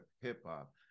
hip-hop